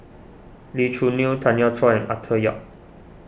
Lee Choo Neo Tanya Chua Arthur Yap